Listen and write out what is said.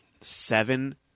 Seven